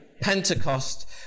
Pentecost